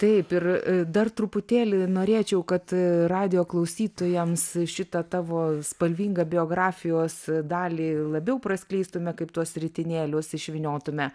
taip ir dar truputėlį norėčiau kad radijo klausytojams šitą tavo spalvingą biografijos dalį labiau praskleistume kaip tuos ritinėlius išvyniotume